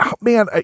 man